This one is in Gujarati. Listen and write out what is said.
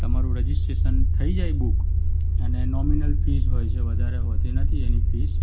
તમારું રજીસ્ટ્રેશન થઈ જાય બુક અને નૉમિનલ ફીઝ હોય છે વધારે હોતી નથી એની ફીઝ